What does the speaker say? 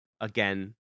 again